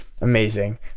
amazing